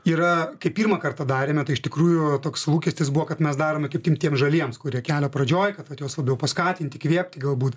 yra kai pirmą kartą darėme tai iš tikrųjų toks lūkestis buvo kad mes darome kaip tik tiems žaliems kurie kelio pradžioj kad vat juos labiau paskatinti įkvėpti galbūt